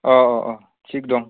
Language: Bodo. अ अ अ थिग दं